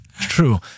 true